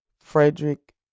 Frederick